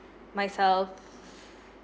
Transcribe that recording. myself